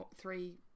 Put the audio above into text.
three